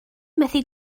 methu